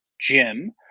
Jim